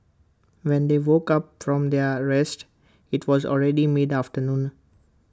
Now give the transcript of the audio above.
when they woke up from their rest IT was already mid afternoon